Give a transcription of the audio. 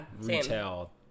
retail